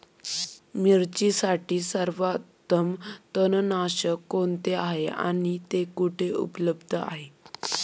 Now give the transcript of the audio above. मिरचीसाठी सर्वोत्तम तणनाशक कोणते आहे आणि ते कुठे उपलब्ध आहे?